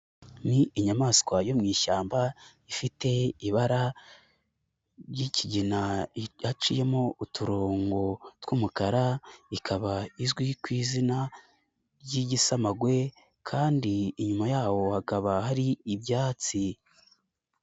Ni inyamaswa yo mu ishyamba, ifite ibara ry'ikigina, yaciyemo uturongo tw'umukara, ikaba izwi ku izina ry'igisamagwe, kandi inyuma yayo hakaba hari ibyatsi.